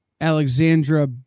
Alexandra